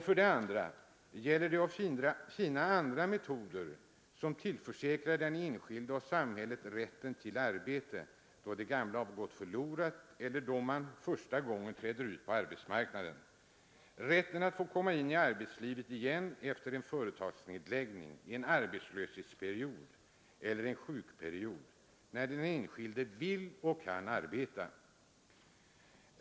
För det andra gäller det att finna andra metoder som till krar den enskilde och samhället rätten till arbete då det gamla gått förlorat eller då man för första gången träder ut på arbetsmarknaden, rätten att få komma in i arbetslivet igen efter en företagsnedläggning, en arbetslöshetsperiod eller en sjukperiod, när den enskilde vill och kan arbeta.